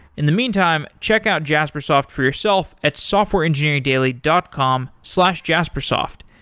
in the meantime, check out jaspersoft for yourself at softwareengineeringdaily dot com slash jaspersoft.